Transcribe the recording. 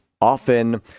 often